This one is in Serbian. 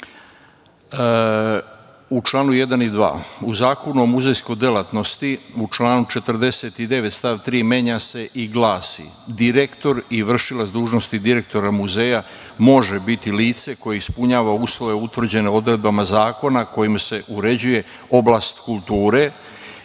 u čl. 1. i 2, u Zakonu o muzejskoj delatnosti, u članu 49. stav 3. menja se i glasi: "Direktor i vršilac dužnosti direktora muzeja može biti lice koje ispunjava uslove utvrđene odredbama zakona kojim se uređuje oblast kulture",